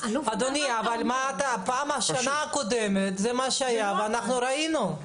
אדוני, אבל בשנה הקודמת זה מה שהיה ואנחנו ראינו.